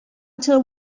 until